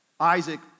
Isaac